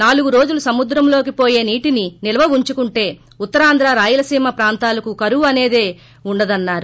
నాలుగు రోజులు సముద్రంలోకి పోయే నీటిని నిల్వ చేసుకుంటే ఉత్తరాంధ్ర రాయలసీమ ప్రాంతాలకు కరవు అనేదే ఉండదన్నారు